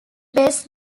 best